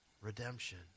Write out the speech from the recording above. Redemption